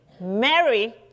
Mary